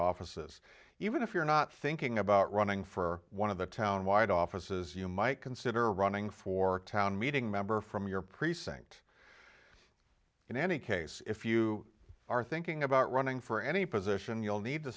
offices even if you're not thinking about running for one of the town wide offices you might consider running for town meeting member from your precinct in any case if you are thinking about running for any position you'll need to